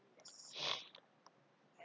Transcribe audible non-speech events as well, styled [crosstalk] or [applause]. [breath]